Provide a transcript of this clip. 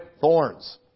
thorns